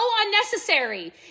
unnecessary